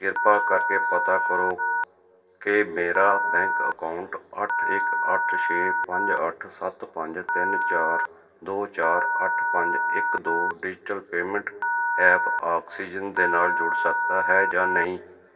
ਕਿਰਪਾ ਕਰਕੇ ਪਤਾ ਕਰੋ ਕਿ ਮੇਰਾ ਬੈਂਕ ਅਕਾਊਂਟ ਅੱਠ ਇੱਕ ਅੱਠ ਛੇ ਪੰਜ ਅੱਠ ਸੱਤ ਪੰਜ ਤਿੰਨ ਚਾਰ ਦੋ ਚਾਰ ਅੱਠ ਪੰਜ ਇੱਕ ਦੋ ਡਿਜਿਟਲ ਪੇਮੈਂਟ ਐਪ ਆਕਸੀਜਨ ਦੇ ਨਾਲ ਜੁੜ ਸਕਦਾ ਹੈ ਜਾਂ ਨਹੀਂ